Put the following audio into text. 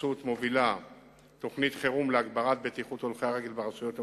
הרשות מובילה תוכנית חירום להגברת בטיחות הולכי-הרגל ברשויות המקומיות.